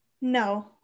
No